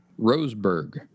Roseburg